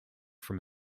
from